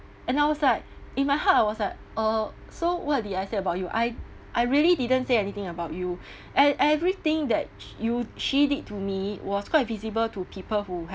and I was like in my heart I was like uh so what did I say about you I I really didn't say anything about you and everything that s~ you she did to me was quite visible to people who